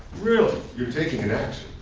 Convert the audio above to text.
really? you're taking an action.